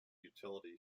utility